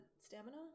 stamina